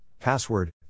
password